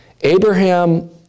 Abraham